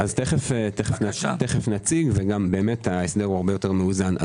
תכף נציג, וההסדר הוא הרבה יותר מאוזן.